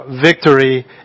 victory